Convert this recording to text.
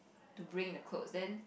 to bring the clothes then